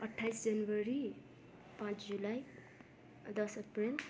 अट्ठाइस जनवरी पाँच जुलाई दस अप्रेल